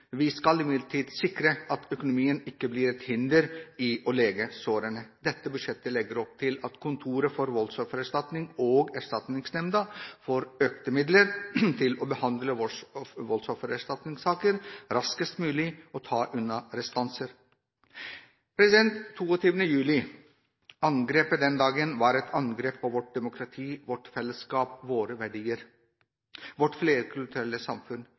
sikre at økonomien ikke blir et hinder for å lege sårene. Dette budsjettet legger opp til at Kontoret for voldsoffererstatning og Erstatningsnemnda får økte midler til å behandle voldsoffererstatningssaker raskest mulig og til å ta unna restanser. Angrepet den 22. juli var et angrep på vårt demokrati, vårt fellesskap, våre verdier, vårt flerkulturelle samfunn.